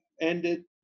ended